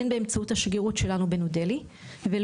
הן באמצעות השגרירות שלנו בניו דלהי לבין